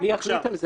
מי יחליט על זה?